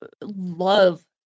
love